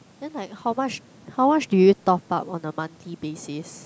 then like how much how much do you top up on a monthly basis